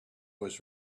was